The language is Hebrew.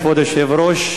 כבוד היושב-ראש,